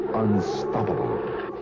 unstoppable